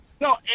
No